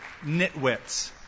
nitwits